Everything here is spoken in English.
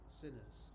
sinners